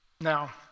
Now